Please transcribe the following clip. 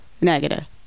negative